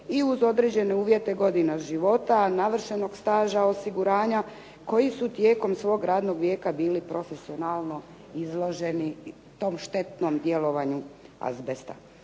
i uz određene uvjete godina života, navršenog staža osiguranja koji su tijekom svog radnog vijeka bili profesionalno izloženi tom štetnom djelovanju azbesta.